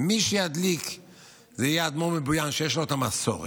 מי שידליק יהיה האדמו"ר מבויאן, שיש לו מסורת